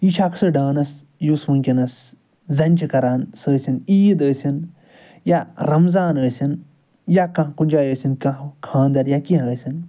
یہِ چھُ اَکھ سُہ ڈانَس یُس وُنٛکیٚس زَنہِ چھِ کَران سُہ ٲسِن عیٖد ٲسِن یا رَمضان ٲسِن یا کانٛہہ کُنہ جایہِ ٲسِن کانٛہہ خانٛدَر یا کیٚنٛہہ ٲسِن